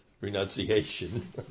renunciation